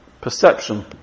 perception